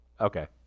Okay